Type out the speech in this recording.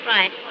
Right